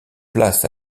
place